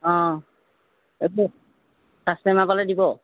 অঁ হ'ব কাষ্টমাৰ পালে দিব